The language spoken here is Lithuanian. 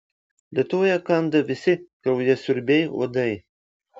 lietuvoje kanda visi kraujasiurbiai uodai